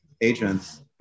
agents